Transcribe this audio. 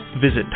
Visit